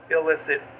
illicit